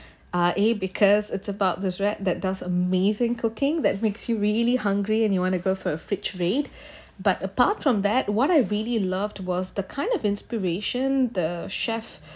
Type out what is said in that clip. ah eh because it's about this rat that does amazing cooking that makes you really hungry and you want to go for a fridge raid but apart from that what I really loved was the kind of inspiration the chef